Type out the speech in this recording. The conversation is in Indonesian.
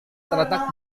terletak